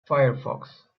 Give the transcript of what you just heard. firefox